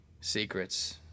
secrets